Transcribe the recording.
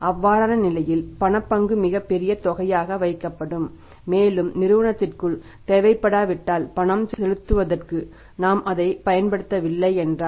அவ்வாறான நிலையில் பணப்பங்கு மிக பெரிய தொகையாக வைக்கப்படும் மேலும் நிறுவனத்திற்குள் தேவைப்படாவிட்டால் பணம் செலுத்துவதற்கு நாம் அதைப் பயன்படுத்தவில்லை என்றால்